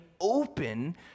open